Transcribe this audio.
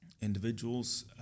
Individuals